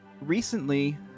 Recently